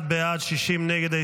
51 בעד, 60 נגד.